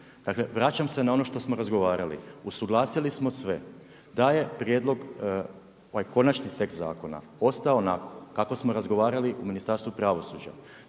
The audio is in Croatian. Dakle vraćam se na ono što smo razgovarali, usuglasili smo sve da je ovaj konačni tekst zakona ostao onako kako smo razgovarali u Ministarstvu pravosuđa,